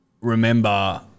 remember